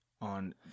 on